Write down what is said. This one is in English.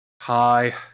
Hi